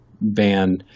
ban